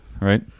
Right